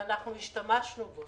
ואנחנו השתמשנו בו.